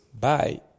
Bye